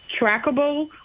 trackable